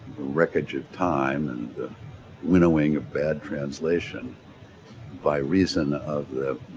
wreckage of time and the winnowing of bad translation by reason of the